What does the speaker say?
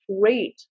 Great